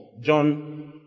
John